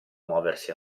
muoversi